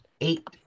eight